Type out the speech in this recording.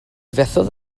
fethodd